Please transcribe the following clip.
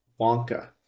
wonka